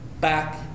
back